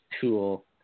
tool